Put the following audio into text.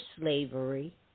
slavery